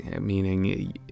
meaning